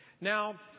Now